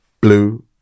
blue